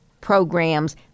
programs